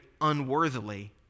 unworthily